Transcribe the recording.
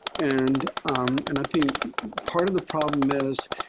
and um and i think part of the problem is,